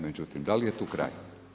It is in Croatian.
Međutim, da li je tu kraj.